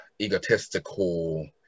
egotistical